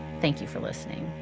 thank you for listening